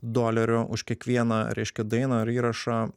dolerių už kiekvieną reiškia dainą ar įrašą